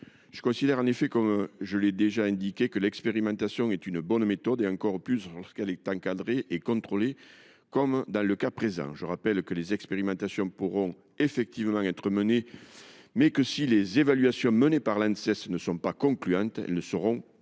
Je répète, en effet, que l’expérimentation est une bonne méthode, encore plus lorsqu’elle est encadrée et contrôlée, comme dans le cas présent. Je rappelle que les expérimentations pourront effectivement être menées, mais que, si les évaluations menées par l’Anses ne sont pas concluantes, elles ne seront pas